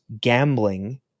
gambling